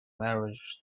marriage